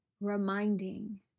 Reminding